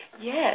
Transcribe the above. Yes